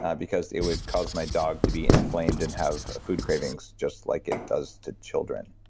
ah because it would cause my dog to be inflamed and have food cravings just like it does to children.